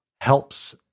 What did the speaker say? helps